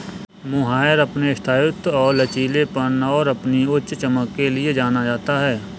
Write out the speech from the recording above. mohair अपने स्थायित्व और लचीलेपन और अपनी उच्च चमक के लिए जाना जाता है